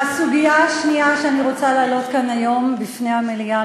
הסוגיה השנייה שאני רוצה להעלות כאן היום בפני המליאה,